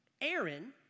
Aaron